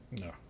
No